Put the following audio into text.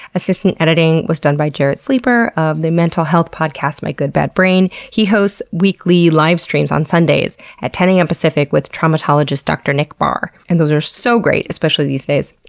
assistant editing was done by jarrett sleeper of the mental health podcast my good bad brain. he hosts weekly livestreams on sundays at ten am pst with traumatologist dr. nick barr, and those are so great, especially these days.